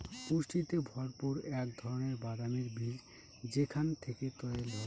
পুষ্টিতে ভরপুর এক ধরনের বাদামের বীজ যেখান থেকে তেল হয়